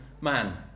man